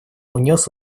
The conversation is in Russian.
внес